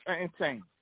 Insane